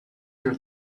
your